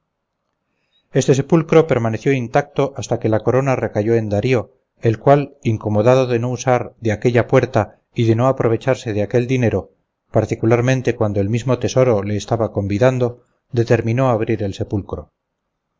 este sepulcro permaneció intacto hasta que la corona recayó en darío el cual incomodado de no usar de aquella puerta y de no aprovecharse de aquel dinero particularmente cuando el mismo tesoro le estaba convidando determinó abrir el sepulcro